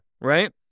Right